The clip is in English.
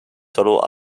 solo